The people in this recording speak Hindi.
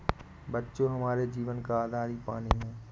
बच्चों हमारे जीवन का आधार ही पानी हैं